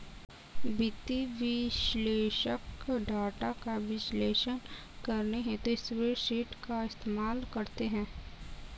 वित्तीय विश्लेषक डाटा का विश्लेषण करने हेतु स्प्रेडशीट का इस्तेमाल करते हैं